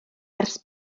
ers